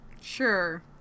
Sure